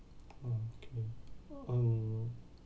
okay uh